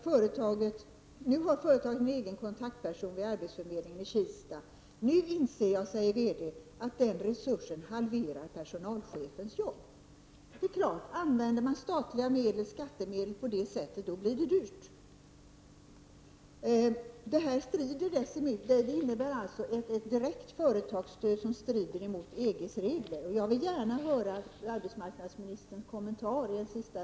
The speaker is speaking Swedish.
Företaget har nu en egen kontaktperson vid arbetsförmedlingen i Kista. ”Nu inser jag att den resursen halverar personalchefens jobb”, fortsätter företagets VD. Det är klart att om man använder skattemedel på det här sättet så blir det dyrt. Detta innebär ett direkt företagsstöd som strider mot EG:s regler. Jag vill gärna höra arbetsmarknadsministerns kommentar till detta.